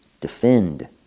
defend